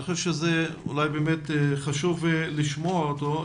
אני חושב שזה אולי באמת חשוב לשמוע אותו.